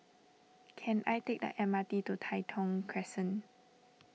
can I take the M R T to Tai Thong Crescent